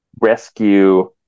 Rescue